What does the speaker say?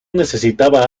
necesitaba